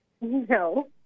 No